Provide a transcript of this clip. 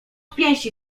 pięści